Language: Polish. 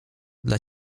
dla